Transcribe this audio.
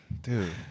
Dude